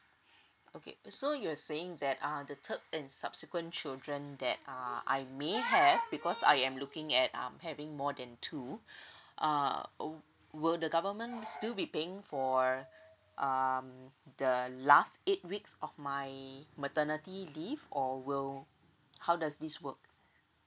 okay so you were saying that uh the third and subsequent children that uh I may have because I am looking at um having more than two uh err will the government still be paying for um the last eight weeks of my maternity leave or will how does this work